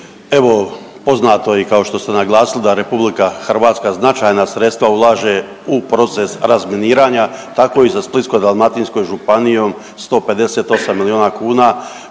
Evo poznato je i kao što ste naglasili da RH značajna sredstva ulaže u proces razminiranja tako i za Splitsko-dalmatinsku županiju 158 milijuna kuna